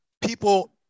people